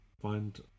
find